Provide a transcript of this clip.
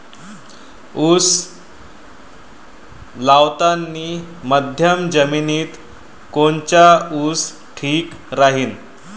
उस लावतानी मध्यम जमिनीत कोनचा ऊस ठीक राहीन?